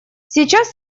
сейчас